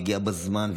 מגיע בזמן,